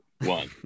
one